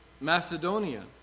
Macedonia